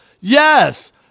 yes